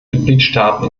mitgliedstaaten